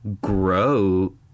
grow